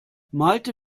malte